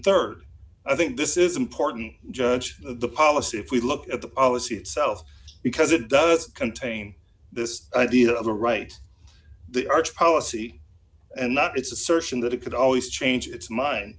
then rd i think this is important judge of the policy if we look at the policy itself because it does contain this idea of a right the arch policy and that it's assertion that it could always change its mind